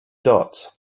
dots